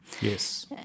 Yes